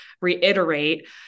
reiterate